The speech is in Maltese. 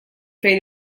fejn